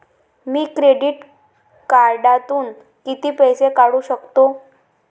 मी credit कार्डातून किती पैसे काढू शकतो?